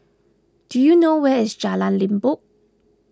do you know where is Jalan Limbok